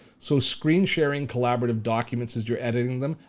so, screen sharing collaborative documents as you're editing them,